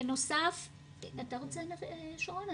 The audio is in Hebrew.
אתה רוצה, שרון?